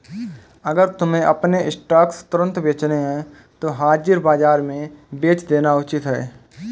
अगर तुम्हें अपने स्टॉक्स तुरंत बेचने हैं तो हाजिर बाजार में बेच देना उचित है